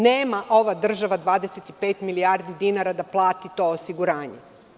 Nema ova država 25 milijardi dinara da plati to osiguranje.